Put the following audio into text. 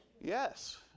yes